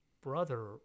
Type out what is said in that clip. brother